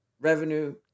revenue